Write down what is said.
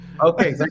Okay